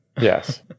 Yes